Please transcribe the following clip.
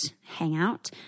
hangout